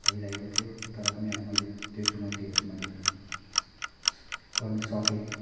भइरहेको थियो तर पनि अब मैले त्यो चुनौतीहरू चाहिँ मैले गर्नु सकेँ